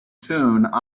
tune